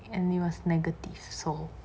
and it was negative so